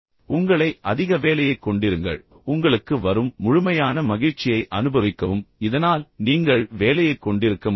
எனவே உங்களை அதிக வேலையை கொண்டிருங்க ள் பின்னர் உங்களுக்கு வரும் முழுமையான மகிழ்ச்சியை அனுபவிக்கவும் இதனால் நீங்கள் வேலையை கொண்டிருக்க முடியும்